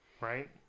Right